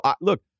look